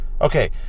Okay